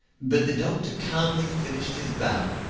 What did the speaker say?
but the doctor calmly finished his bow.